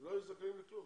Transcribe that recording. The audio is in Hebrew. לא יהיו זכאים לכלום.